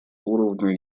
уровня